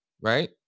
right